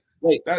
wait